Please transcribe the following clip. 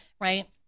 right